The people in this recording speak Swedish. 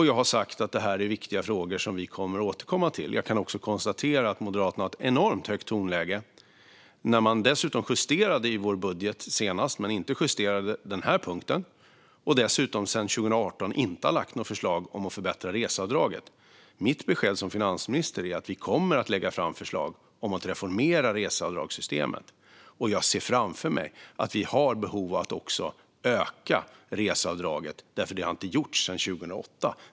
Jag har sagt att det här är viktiga frågor som vi kommer att återkomma till. Jag kan konstatera att Moderaterna har ett enormt högt tonläge men att man när man justerade i vår budget senast inte justerade den här punkten. Dessutom har man sedan 2018 inte lagt fram några förslag om att förbättra reseavdraget. Mitt besked som finansminister är att vi kommer att lägga fram förslag om att reformera reseavdragssystemet och att jag ser framför mig att vi har behov av att öka reseavdraget, vilket inte gjorts sedan 2008.